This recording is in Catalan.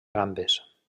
gambes